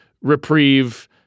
reprieve